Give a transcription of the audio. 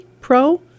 Pro